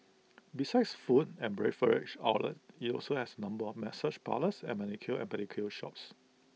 besides food and outlets IT also has A number of massage parlours and manicure and pedicure shops